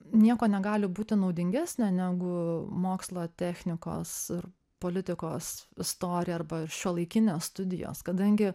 nieko negali būti naudingesnio negu mokslo technikos ir politikos istorija arba ir šiuolaikinės studijos kadangi